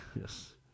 Yes